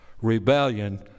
rebellion